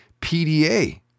PDA